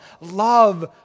love